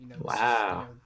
Wow